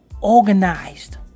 organized